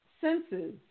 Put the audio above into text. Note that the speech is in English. senses